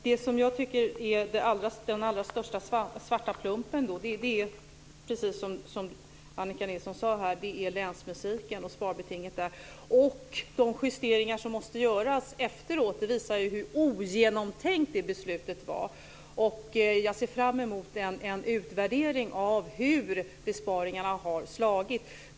Den allra största svarta plumpen är, precis som De justeringar som måste göras efteråt visar hur ogenomtänkt det beslutet var. Jag ser fram emot en utvärdering av hur besparingarna har slagit.